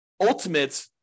ultimate